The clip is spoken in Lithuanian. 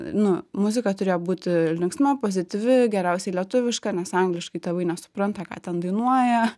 nu muzika turėjo būti linksma pozityvi geriausiai lietuviška nes angliškai tėvai nesupranta ką ten dainuoja